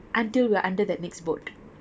until we are under that next boat